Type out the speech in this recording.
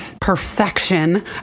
perfection